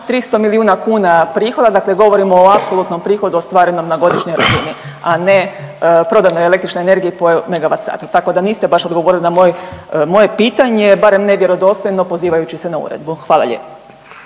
300 milijuna kuna prihoda, dakle govorimo o apsolutnom prihodu ostvarenom na godišnjoj razini, a ne prodanoj električnoj energiji po MWh, tako da niste baš odgovorili na moje pitanje, barem ne vjerodostojno, pozivajući se na uredbu. Hvala lijepo.